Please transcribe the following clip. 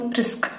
risk